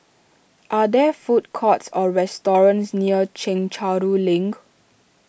are there food courts or restaurants near Chencharu Link